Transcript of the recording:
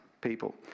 people